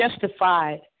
justified